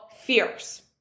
fierce